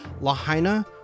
Lahaina